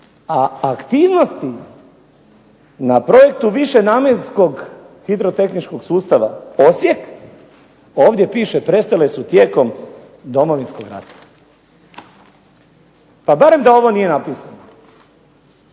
a aktivnosti na projektu višenamjenskog višetehničkog sustava Osijek ...", ovdje piše "... prestale su tijekom Domovinskog rata". Pa barem da ovo nije napisano.